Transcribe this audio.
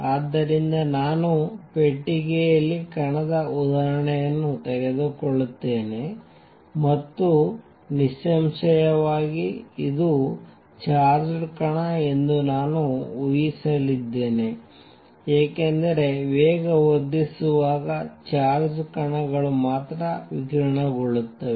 ಆದ್ದರಿಂದ ನಾನು ಪೆಟ್ಟಿಗೆಯಲ್ಲಿ ಕಣದ ಉದಾಹರಣೆಯನ್ನು ತೆಗೆದುಕೊಳ್ಳುತ್ತೇನೆ ಮತ್ತು ನಿಸ್ಸಂಶಯವಾಗಿ ಇದು ಚಾರ್ಜ್ಡ್ ಕಣ ಎಂದು ನಾವು ಊಹಿಸಲಿದ್ದೇವೆ ಏಕೆಂದರೆ ವೇಗವರ್ಧಿಸುವಾಗ ಚಾರ್ಜ್ಡ್ ಕಣಗಳು ಮಾತ್ರ ವಿಕಿರಣಗೊಳ್ಳುತ್ತವೆ